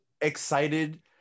excited